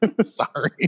Sorry